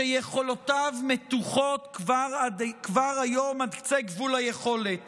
שיכולותיו מתוחות כבר היום עד קצה גבול היכולת